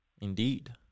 Indeed